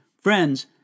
friends